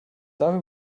darüber